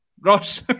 Ross